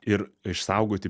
ir išsaugoti